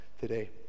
today